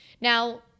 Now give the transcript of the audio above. now